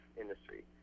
industry